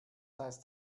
heißt